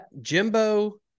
Jimbo